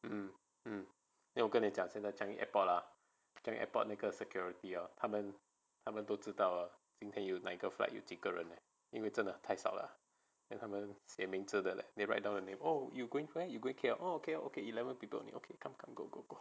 um um 那我跟你讲 changi airport ah airport security ah 他们他们都知道啊今天有哪一个 flight 有几个人因为真的太少了他们写名字的 leh they write down the name oh you where you going where K_L okay okay eleven people only okay come come go go go